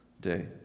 day